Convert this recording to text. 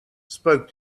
spoke